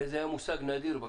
וזה היה מושג נדיר בכנסת.